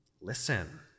listen